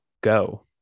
go